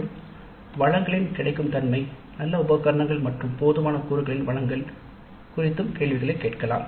மற்றும் வளங்களின் கிடைக்கும் தன்மை நல்ல உபகரணங்கள் மற்றும் போதுமான கூறுகளின் வழங்கல் குறித்தும் கேள்விகளை கேட்கலாம்